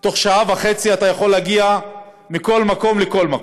בתוך שעה וחצי אתה יכול להגיע מכל מקום לכל מקום.